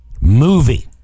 Movie